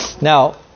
Now